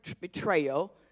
betrayal